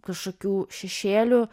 kažkokių šešėlių